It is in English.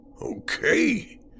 Okay